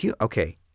Okay